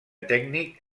tècnic